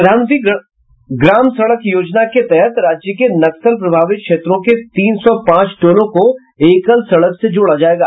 प्रधानमंत्री ग्राम सड़क योजना के तहत राज्य के नक्सल प्रभावित क्षेत्रों के तीन सौ पांच टोलों को एकल सड़क से जोड़ा जायेगा